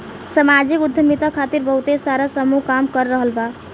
सामाजिक उद्यमिता खातिर बहुते सारा समूह काम कर रहल बा